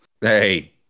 Hey